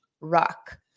rock